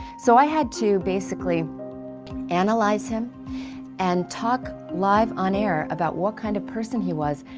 so i had to basically analyze him and talk live on air about what kind of person he was.